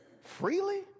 freely